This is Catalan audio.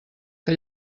que